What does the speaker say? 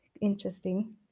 interesting